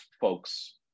folks